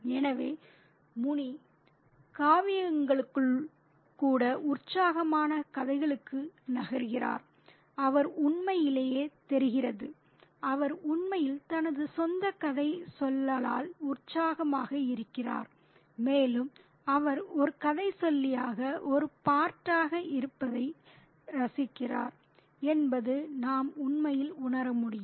எனவே முனி காவியங்களுக்குள் கூட உற்சாகமான கதைகளுக்கு நகர்கிறார் அவர் உண்மையிலேயே தெரிகிறது அவர் உண்மையில் தனது சொந்த கதைசொல்லலால் உற்சாகமாக இருக்கிறார் மேலும் அவர் ஒரு கதைசொல்லியாக ஒரு பார்ட்டாக இருப்பதை ரசிக்கிறார் என்பதை நாம் உண்மையில் உணர முடியும்